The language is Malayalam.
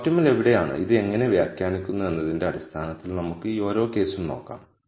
ഒപ്റ്റിമൽ എവിടെയാണ് ഇത് എങ്ങനെ വ്യാഖ്യാനിക്കുന്നു എന്നതിന്റെ അടിസ്ഥാനത്തിൽ നമുക്ക് ഈ ഓരോ കേസും നോക്കാം